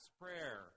prayer